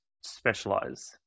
specialize